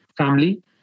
family